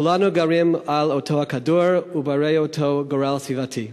כולנו גרים על אותו הכדור ובני אותו גורל סביבתי.